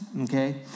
okay